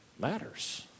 matters